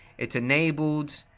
it's enabled